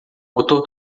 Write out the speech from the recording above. motor